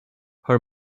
her